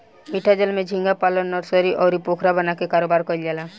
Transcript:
मीठा जल में झींगा पालन नर्सरी, अउरी पोखरा बना के कारोबार कईल जाला